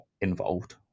involved